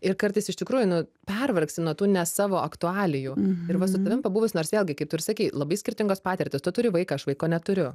ir kartais iš tikrųjų nu pervargsti nuo tų ne savo aktualijų ir va su tavim pabuvus nors vėlgi kaip tu ir sakei labai skirtingos patirtys tu turi vaiką aš vaiko neturiu